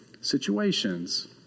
situations